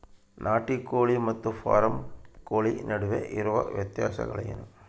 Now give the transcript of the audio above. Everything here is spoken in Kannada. ನಾಟಿ ಕೋಳಿ ಮತ್ತು ಫಾರಂ ಕೋಳಿ ನಡುವೆ ಇರುವ ವ್ಯತ್ಯಾಸಗಳೇನು?